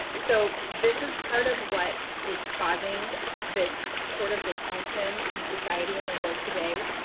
so this is part of what is causing this sort of dysfunction in society in the world today.